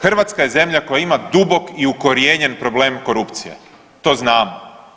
Hrvatska je zemlja koja ima dubok i ukorijenjen problem korupcije, to znamo.